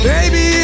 Baby